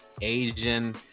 Asian